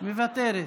מוותרת.